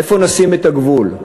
איפה נשים את הגבול?